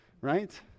Right